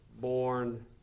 born